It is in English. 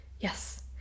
yes